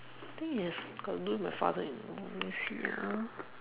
I think it's got to do with my father in law let me see ah